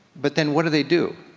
but then what do they do?